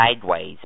sideways